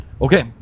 Okay